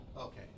Okay